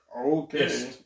Okay